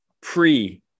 pre-